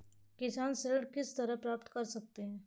किसान ऋण किस तरह प्राप्त कर सकते हैं?